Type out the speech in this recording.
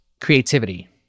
Creativity